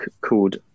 called